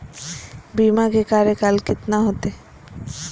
बीमा के कार्यकाल कितना होते?